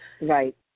Right